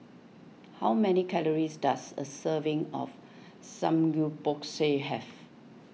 how many calories does a serving of Samgeyopsal have